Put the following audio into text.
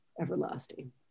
everlasting